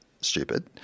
stupid